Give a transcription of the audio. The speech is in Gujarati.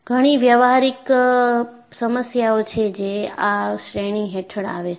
ઘણી વ્યવહારિક સમસ્યાઓ છે જે આ શ્રેણી હેઠળ આવે છે